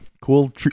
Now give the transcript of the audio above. cool